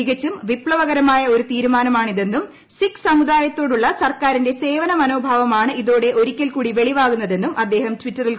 തികച്ചും വിപ്തവകരമായ ഒരു തീരുമാനമാണ് ഇതെന്നും സിഖ് സമുദായ ത്തോടുള്ള സർക്കാരിന്റെ സേവന മനോഭാവമാണ് ഇതോടെ ഒരിക്കൽ കൂടി വെളിവാകുന്നതെന്നും അദ്ദേഹം ടവിറ്ററിൽ കുറിച്ചു